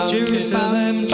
Jerusalem